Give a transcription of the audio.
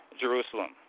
Jerusalem